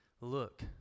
Look